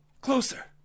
Closer